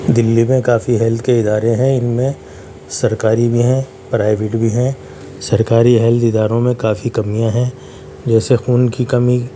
دلی میں کافی ہیلتھ کے ادارے ہیں ان میں سرکاری بھی ہیں پرائیویٹ بھی ہیں سرکاری ہیلتھ اداروں میں کافی کمیاں ہیں جیسے خون کی کمی